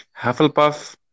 Hufflepuff